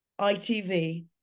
ITV